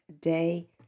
day